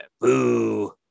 boo